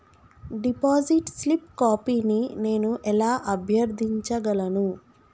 Deposit slip కాపీని నేను ఎలా అభ్యర్థించగలను?